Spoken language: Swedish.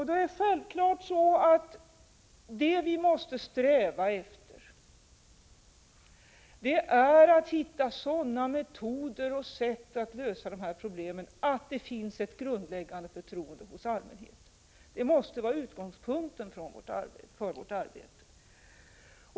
Det vi då självfallet måste sträva efter är att hitta metoder att lösa de här problemen som innebär att det skapas ett grundläggande förtroende hos allmänheten — det måste vara utgångspunkten för vårt arbete.